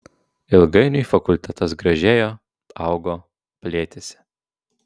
ilgainiui fakultetas gražėjo augo plėtėsi